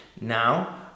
Now